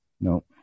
No